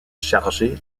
chargée